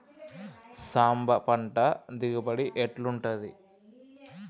సాంబ పంట దిగుబడి ఎట్లుంటది?